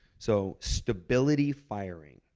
so, stability firing,